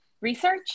Research